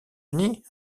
unis